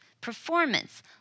performance